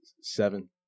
seven